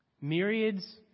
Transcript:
myriads